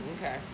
Okay